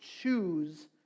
choose